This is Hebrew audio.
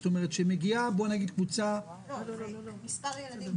זאת אומרת כשמגיעה בוא נגיד קבוצה --- זה מספר ילדים ספציפי.